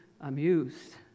amused